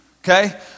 okay